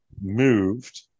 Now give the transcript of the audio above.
moved